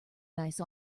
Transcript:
nice